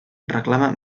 reclama